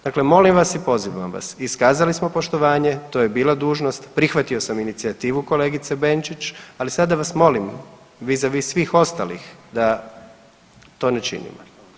Dakle, molim vas i pozivam vas iskazali smo poštovanje, to je bila dužnost, prihvatio sam inicijativu kolegice Benčić, ali sada vas molim vis a vis svih ostalih da to ne činimo.